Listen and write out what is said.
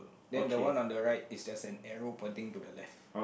then the one on the right is just an arrow pointing to the left